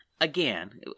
again